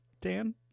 dan